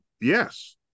yes